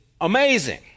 amazing